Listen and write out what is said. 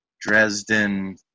Dresden